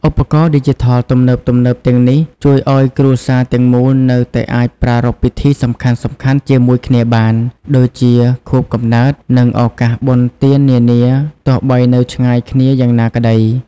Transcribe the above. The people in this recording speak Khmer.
ឧបករណ៍ឌីជីថលទំនើបៗទាំងនេះជួយឱ្យគ្រួសារទាំងមូលនៅតែអាចប្រារព្ធពិធីសំខាន់ៗជាមួយគ្នាបាន ដូចជាខួបកំណើត និងឱកាសបុណ្យទាននានា ទោះបីនៅឆ្ងាយគ្នាយ៉ាងណាក្ដី។